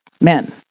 men